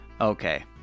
Okay